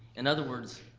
in other words,